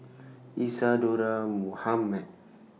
Isadhora Mohamed